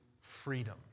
freedom